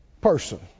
person